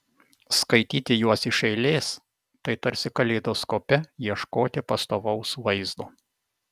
skaityti juos iš eilės tai tarsi kaleidoskope ieškoti pastovaus vaizdo